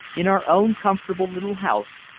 in our own comfortable little house,